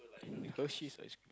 those cheese ice